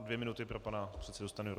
Dvě minuty pro pana předsedu Stanjuru.